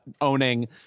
owning